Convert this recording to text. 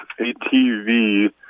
ATV